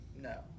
No